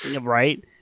Right